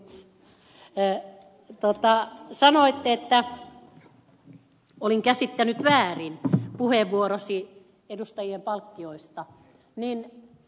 zyskowicz että kun sanoitte että olin käsittänyt väärin puheenvuoronne edustajien palkkioista niin ed